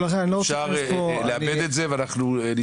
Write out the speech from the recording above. נוכל לבזבז פה גם עוד שנה.